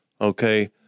okay